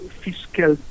fiscal